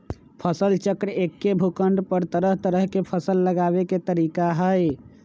फसल चक्र एक्के भूखंड पर तरह तरह के फसल लगावे के तरीका हए